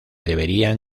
deberían